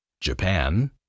Japan